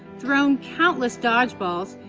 thrown countless dodge balls,